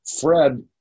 Fred